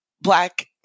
Black